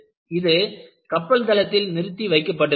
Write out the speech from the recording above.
இது கப்பல் தளத்தில் நிறுத்தி வைக்கப்பட்டிருந்தது